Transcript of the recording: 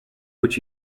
which